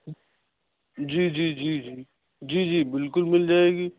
جی جی جی جی جی بالکل مل جائے گی